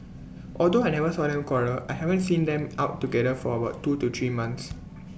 although I never saw them quarrel I haven't seen them out together for about two to three months